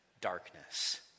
darkness